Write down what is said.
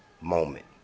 moment